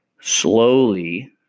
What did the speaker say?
slowly